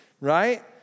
right